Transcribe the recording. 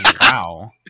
Wow